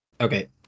Okay